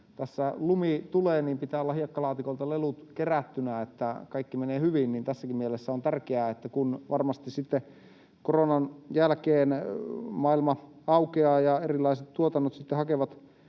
lumi tulee, pitää olla hiekkalaatikolta lelut kerättynä, että kaikki menee hyvin, ja tässäkin mielessä on tärkeää, että kun varmasti sitten koronan jälkeen maailma aukeaa ja erilaiset tuotannot sitten